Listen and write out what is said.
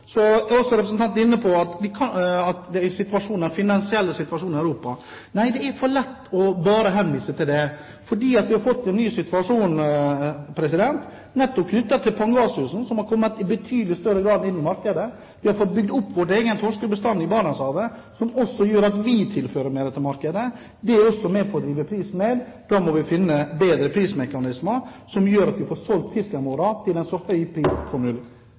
Så var også representanten inne på den finansielle situasjonen Europa. Det er for lett bare å henvise til den, for vi har fått en ny situasjon knyttet til pangasusen, som har kommet i betydelig større grad inn i markedet. Vi har fått bygd opp vår egen torskebestand i Barentshavet, som også gjør at vi tilfører mer til markedet. Det er også med på å drive prisen ned. Da må vi finne bedre prismekanismer, som gjør at vi får solgt fisken vår til en så høy pris som mulig.